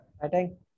Fighting